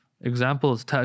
Examples